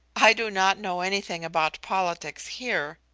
i do not know anything about politics here,